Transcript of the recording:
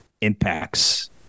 impacts